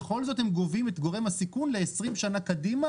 בכל זאת הם גובים את גורם הסיכון ל-20 שנה קדימה